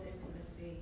intimacy